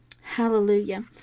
hallelujah